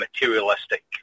materialistic